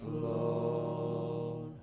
floor